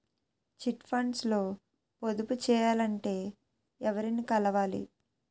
Chit funds లో పొదుపు చేయాలంటే ఎవరిని కలవాలి?